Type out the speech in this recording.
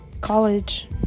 college